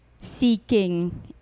seeking